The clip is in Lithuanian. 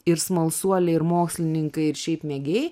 ir smalsuoliai ir mokslininkai ir šiaip mėgėjai